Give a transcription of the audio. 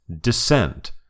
Descent